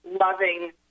loving